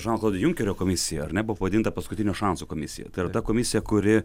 žano klodo junkerio komisija ar ne buvo pavadinta paskutinio šanso komisija tai yra ta komisija kuri